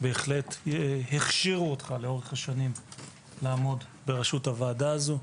בהחלט הכשירו אותך לאורך השנים לעמוד בראשות הוועדה הזאת.